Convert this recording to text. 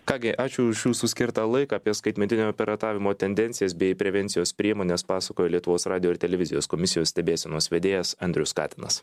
ką gi ačiū už jūsų skirtą laiką apie skaitmeninio piratavimo tendencijas bei prevencijos priemones pasakojo lietuvos radijo ir televizijos komisijos stebėsenos vedėjas andrius katinas